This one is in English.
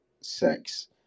sex